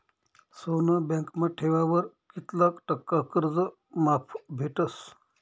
सोनं बँकमा ठेवावर कित्ला टक्का कर्ज माफ भेटस?